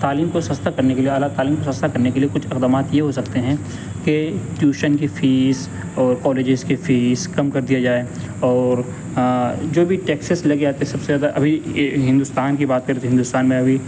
تعلیم کو سستا کرنے کے لیے اعلیٰ تعلیم کو سستا کرنے کے لیے کچھ اقدامات یہ ہو سکتے ہیں کہ ٹیوشن کی فیس اور کولجز کی فیس کم کر دیا جائے اور جو بھی ٹیکسس لگ جاتے سب سے زیادہ ابھی ہندوستان کی بات کریں تو ہندوستان میں ابھی